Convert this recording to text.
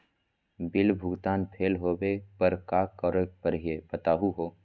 Bill भुगतान fail होवे पर का करै परही, बताहु हो?